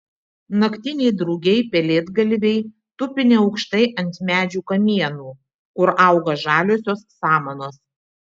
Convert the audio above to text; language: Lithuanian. naktiniai drugiai pelėdgalviai tupi neaukštai ant medžių kamienų kur auga žaliosios samanos